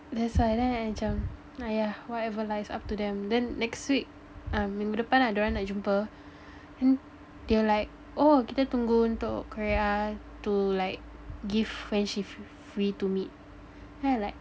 that's why then I macam !aiya! whatever lah it's up to them then next week ah minggu depan ada orang nak jumpa then they were like oh kita tunggu untuk Carea to like give when she fr~ free to meet then I'm like